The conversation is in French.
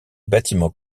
bâtiments